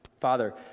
Father